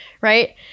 right